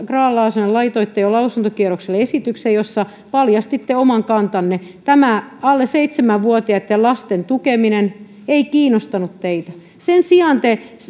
grahn laasonen laitoitte jo lausuntokierrokselle esityksen jossa paljastitte oman kantanne tämä alle seitsemän vuotiaitten lasten tukeminen ei kiinnostanut teitä sen sijaan te